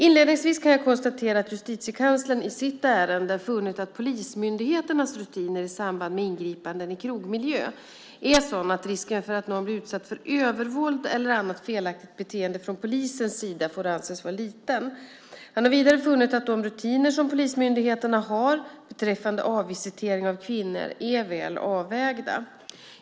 Inledningsvis kan jag konstatera att Justitiekanslern i sitt ärende har funnit att polismyndigheternas rutiner i samband med ingripanden i krogmiljö är sådana att risken för att någon blir utsatt för övervåld eller annat felaktigt beteende från polisens sida får anses vara liten. Han har vidare funnit att de rutiner som polismyndigheterna har beträffande avvisitering av kvinnor är väl avvägda.